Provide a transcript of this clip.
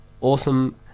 awesome